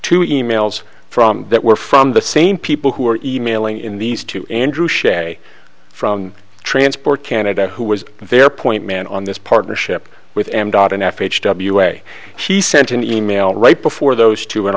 two emails from that were from the same people who are e mailing in these to andrew shea from transport canada who was their point man on this partnership with am dot an f h w a she sent an email right before those two in